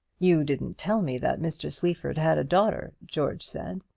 you didn't tell me that mr. sleaford had a daughter, george said.